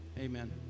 Amen